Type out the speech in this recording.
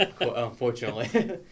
Unfortunately